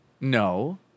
No